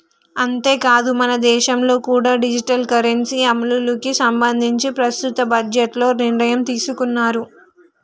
అంతేకాదు మనదేశంలో కూడా డిజిటల్ కరెన్సీ అమలుకి సంబంధించి ప్రస్తుత బడ్జెట్లో నిర్ణయం తీసుకున్నారు